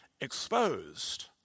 exposed